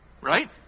Right